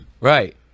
Right